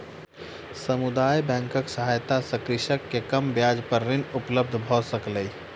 समुदाय बैंकक सहायता सॅ कृषक के कम ब्याज पर ऋण उपलब्ध भ सकलै